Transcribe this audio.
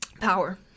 Power